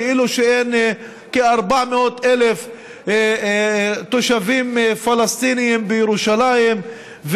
כאילו שאין כ-400,000 תושבים פלסטינים בירושלים,